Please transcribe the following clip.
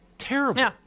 Terrible